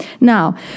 Now